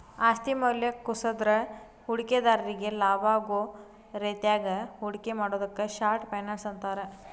ಆಸ್ತಿ ಮೌಲ್ಯ ಕುಸದ್ರ ಹೂಡಿಕೆದಾರ್ರಿಗಿ ಲಾಭಾಗೋ ರೇತ್ಯಾಗ ಹೂಡಿಕೆ ಮಾಡುದಕ್ಕ ಶಾರ್ಟ್ ಫೈನಾನ್ಸ್ ಅಂತಾರ